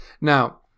Now